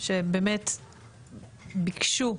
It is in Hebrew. שבאמת ביקשו